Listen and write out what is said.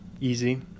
Easy